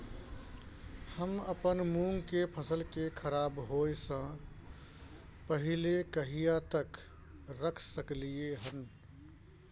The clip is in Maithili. हम अपन मूंग के फसल के खराब होय स पहिले कहिया तक रख सकलिए हन?